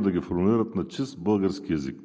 да ги формулират на чист български език.